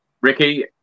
Ricky